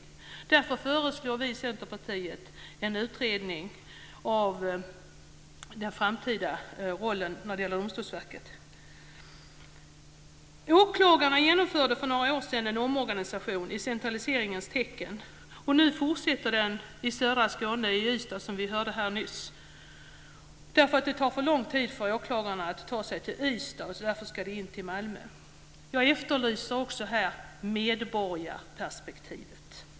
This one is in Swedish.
Därför föreslår vi i Centerpartiet en utredning av den framtida rollen när det gäller Domstolsverket. Åklagarna genomförde för några år sedan en omorganisation i centraliseringens tecken. Nu fortsätter den i södra Skåne, i Ystad som vi hörde här nyss. Det tar för lång tid för åklagarna att ta sig Ystad, och därför ska de in till Malmö. Jag efterlyser också här medborgarperspektivet.